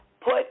put